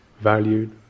valued